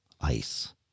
Ice